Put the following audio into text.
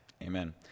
Amen